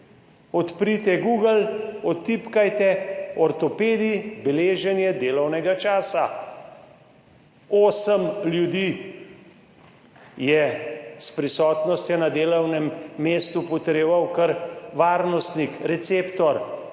Odprite Google, odtipkajte ortopedi, beleženje delovnega časa. Osmim ljudem je prisotnost na delovnem mestu potrjeval kar varnostnik, receptor,